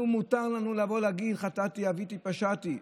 מותר לבוא ולהגיד: חטאתי, עוויתי, פשעתי.